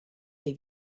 dei